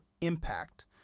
impact